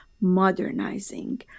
modernizing